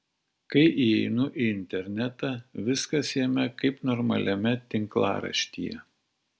kai įeinu į internetą viskas jame kaip normaliame tinklaraštyje